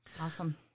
Awesome